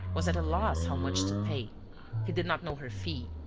was at a loss how much to pay he did not know her fee.